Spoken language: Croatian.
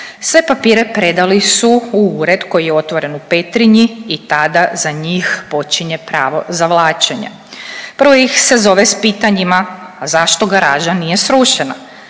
Sve papire predali su u ured koji je otvoren u Petrinji i tada za njih počinje pravo zavlačenje. Prvo ih se zove s pitanjima, a zašto garaža nije srušena,